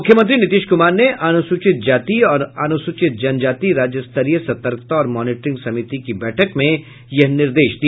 मुख्यमंत्री नीतीश कुमार ने अनुसूचित जाति और जनजाति राज्य स्तरीय सतर्कता और मॉनिटरिंग समिति की बैठक में यह निर्देश दिया